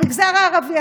המגזר הערבי.